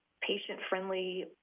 patient-friendly